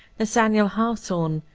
nathaniel hawthorne,